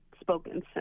spoken